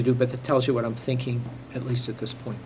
to do but the tells you what i'm thinking at least at this point